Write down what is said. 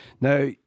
Now